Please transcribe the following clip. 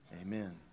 Amen